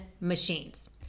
machines